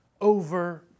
over